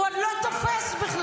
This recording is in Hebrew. הוא עוד לא תופס בכלל.